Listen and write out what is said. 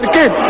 ah good